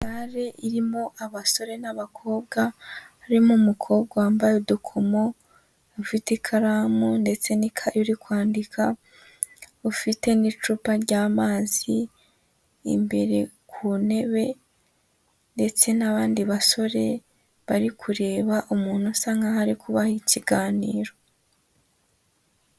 Sare irimo abasore n'abakobwa, harimo umukobwa wambaye udukomo, ufite ikaramu ndetse n'ikayi uri kwandika, ufite n'icupa ry'amazi imbere ku ntebe ndetse n'abandi basore bari kureba, umuntu usa nk'aho ari kubaha ikiganiro.